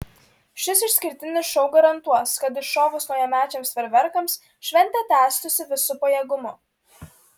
šis išskirtinis šou garantuos kad iššovus naujamečiams fejerverkams šventė tęstųsi visu pajėgumu